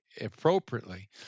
appropriately